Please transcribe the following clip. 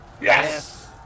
Yes